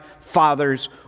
Father's